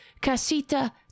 casita